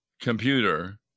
computer